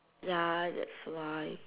ya that's why